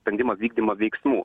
sprendimo vykdymo veiksmų